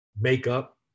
makeup